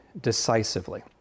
decisively